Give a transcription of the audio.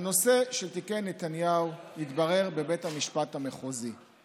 הנושא של תיקי נתניהו מתברר בבית המשפט המחוזי,